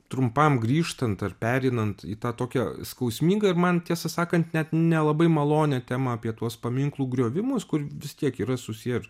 trumpam grįžtant ar pereinant į tą tokią skausmingą ir man tiesą sakan net nelabai malonią temą apie tuos paminklų griovimus kur vis tiek yra susiję ir